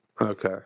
Okay